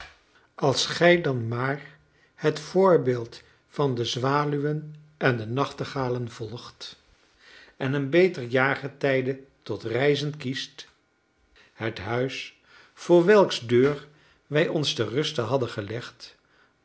als gij dan maar het voorbeeld van de zwaluwen en de nachtegalen volgt en een beter jaargetijde tot reizen kiest het huis voor welks deur wij ons ter ruste hadden gelegd